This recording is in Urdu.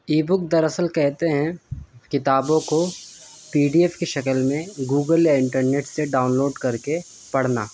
ای بک در اصل کہتے ہیں کتابوں کو پی ڈی ایف کی شکل میں گوگل یا انٹرنیٹ سے ڈاؤنلوڈ کر کے پڑھنا